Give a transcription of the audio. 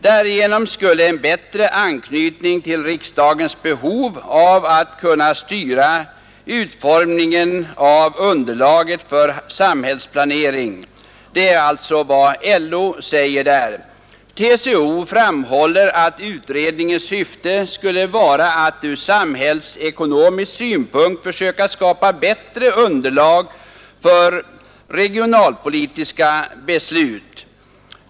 Därigenom skulle en bättre anknytning till riksdagens behov av att kunna styra utformningen av underlaget för samhällsplaneringen skapas, säger LO. TCO framhåller att utredningens syfte skulle vara att ur samhällsekonomisk synpunkt försöka skapa bättre underlag för regionalpolitiska beslut.